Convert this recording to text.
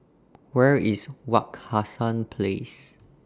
Where IS Wak Hassan Place